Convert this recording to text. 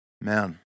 Man